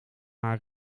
haar